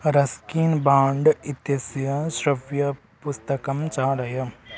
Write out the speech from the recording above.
Ruskin Bond इत्यस्य श्रव्यपुस्तकं चालय